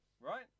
right